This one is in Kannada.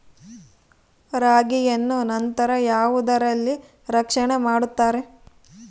ರಾಗಿಯನ್ನು ನಂತರ ಯಾವುದರಲ್ಲಿ ಸಂರಕ್ಷಣೆ ಮಾಡುತ್ತಾರೆ?